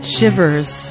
Shivers